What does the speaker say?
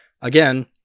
again